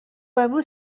امروز